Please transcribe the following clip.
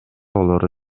болоору